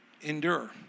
endure